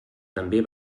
també